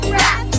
rap